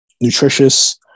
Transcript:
nutritious